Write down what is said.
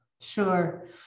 Sure